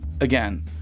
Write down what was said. Again